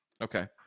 Okay